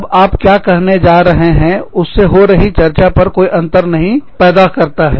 जब आप क्या कहने जा रहे हैं उससे हो रही चर्चा में कोई अंतर नहीं पैदा करता है